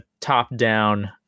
top-down